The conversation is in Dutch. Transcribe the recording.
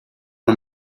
een